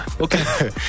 Okay